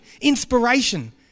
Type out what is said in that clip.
inspiration